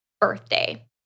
birthday